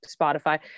Spotify